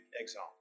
exile